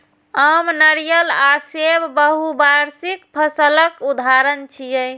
आम, नारियल आ सेब बहुवार्षिक फसलक उदाहरण छियै